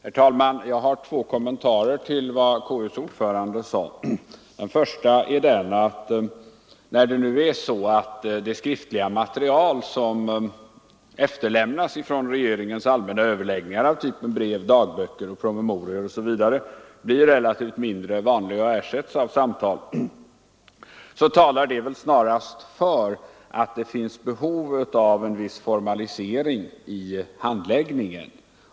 Herr talman! Jag har två kommentarer till vad KU:s ordförande sade. Den första är denna: När nu det skriftliga materialet från regeringens allmänna överläggningar — av typen brev, dagböcker, promemorior osv. — relativt sett blir mindre vanligt, eftersom överläggningarna mer och mer sker i form av samtal, så talar det väl snarast för att det finns behov av en viss formalisering av handläggningen.